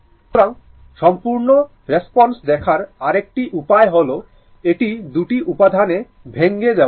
সুতরাং সম্পূর্ণ রেসপন্স দেখার আরেকটি উপায় হল এটি দুটি উপাদানে ভেঙে দেওয়া